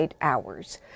hours